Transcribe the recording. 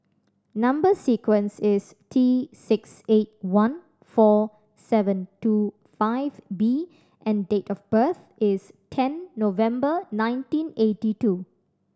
number sequence is T six eight one four seven two five B and date of birth is ten November nineteen eighty two